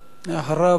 אחריו, חבר